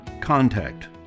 Contact